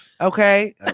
Okay